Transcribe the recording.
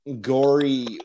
gory